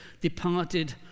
departed